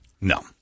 No